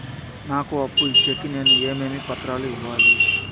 నాకు అప్పు ఇచ్చేకి నేను ఏమేమి పత్రాలు ఇవ్వాలి